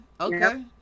okay